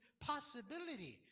possibility